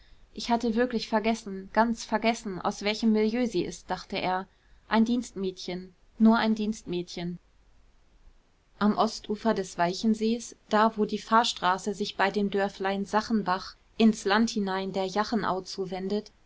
ich hatte wirklich vergessen ganz vergessen aus welchem milieu sie ist dachte er ein dienstmädchen nur ein dienstmädchen am ostufer des walchensees da wo die fahrstraße sich bei dem dörflein sachenbach ins land hinein der jachenau zuwendet